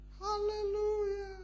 Hallelujah